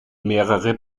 mehrere